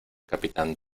capitán